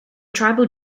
tribal